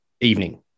evening